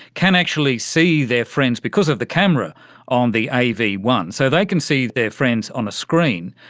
can actually see their friends because of the camera on the a v one. so they can see their friends on a screen,